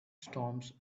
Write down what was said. storms